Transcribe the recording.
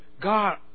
God